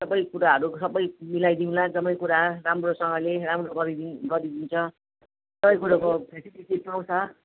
सबै कुराहरू सबै मिलाइदिउँला जम्मै कुरा राम्रोसंँगले राम्रो गरिदिन् गरिदिन्छ सबै कुराको फेसिलिटी पाउँछ